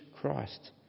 Christ